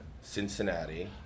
Cincinnati